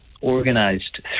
organized